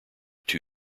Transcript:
two